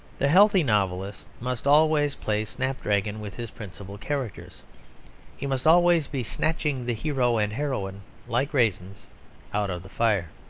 the healthy novelist must always play snapdragon with his principal characters he must always be snatching the hero and heroine like raisins out of the fire.